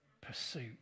pursuit